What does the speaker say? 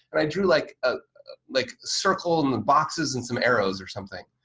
and i drew like ah like circle and boxes and some arrows or something.